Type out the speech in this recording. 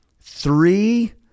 three